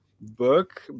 book